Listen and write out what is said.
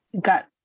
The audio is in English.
got